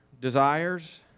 desires